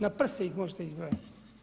Na prste ih možete izbrojati.